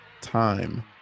time